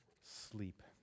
sleep